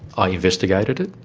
i investigated it.